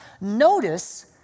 Notice